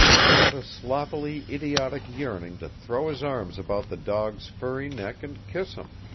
he had a sloppily idiotic yearning to throw his arms about the dog's furry neck and kiss him.